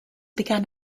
began